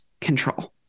control